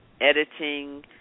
editing